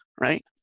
right